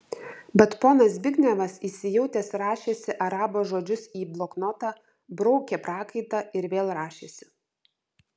bet ponas zbignevas įsijautęs rašėsi arabo žodžius į bloknotą braukė prakaitą ir vėl rašėsi